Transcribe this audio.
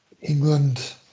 England –